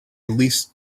leased